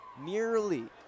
nearly